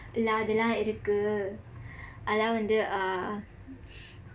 இல்ல இது எல்லாம் இருக்கு அதான் வந்து:illa ithu ellaam irukku athaan vandthu uh